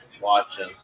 watching